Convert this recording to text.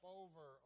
over